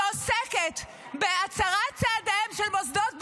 שעוסקת בהצרת צעדיהם של מוסדות בין-לאומיים,